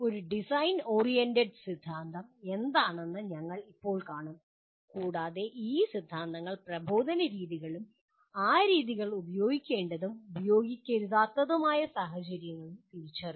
ഒരു design oriented സിദ്ധാന്തം എന്താണെന്ന് ഞങ്ങൾ ഇപ്പോൾ കാണും കൂടാതെ ഈ സിദ്ധാന്തങ്ങൾ പ്രബോധന രീതികളും ആ രീതികൾ ഉപയോഗിക്കേണ്ടതും ഉപയോഗിക്കരുതാത്തതുമായ സാഹചര്യങ്ങളും തിരിച്ചറിയും